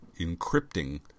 encrypting